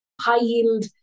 high-yield